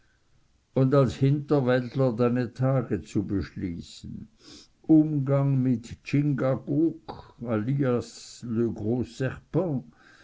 und als hinterwäldler deine tage zu beschließen umgang mit chingachgook alias le